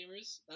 gamers